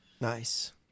Nice